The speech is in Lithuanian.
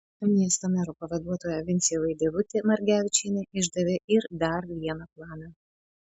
miesto mero pavaduotoja vincė vaidevutė margevičienė išdavė ir dar vieną planą